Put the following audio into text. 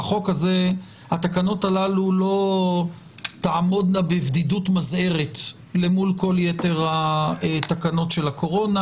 התקנות הללו לא תעמודנה בבדידות מזהרת למול כל יתר התקנות של הקורונה.